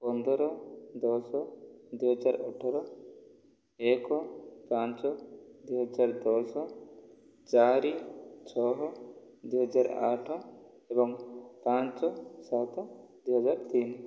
ପନ୍ଦର ଦଶ ଦୁଇହଜାର ଅଠର ଏକ ପାଞ୍ଚ ଦୁଇହଜାର ଦଶ ଚାରି ଛଅ ଦୁଇହଜାର ଆଠ ଏବଂ ପାଞ୍ଚ ସାତ ଦୁଇହଜାର ତିନି